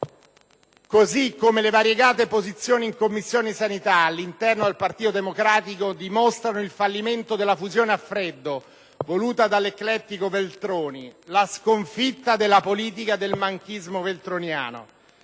Così come le variegate posizioni in Commissione sanità, all' interno del PD dimostrano il fallimento della fusione a freddo voluta dall'eclettico Veltroni: la sconfitta della politica del manchismo veltroniano.